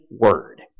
Word